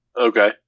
Okay